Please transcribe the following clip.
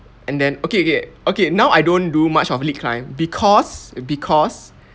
and then okay okay okay now I don't do much of lead climb because because